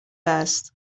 است